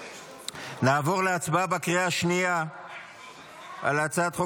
נעבור להצבעה בקריאה השנייה על הצעת חוק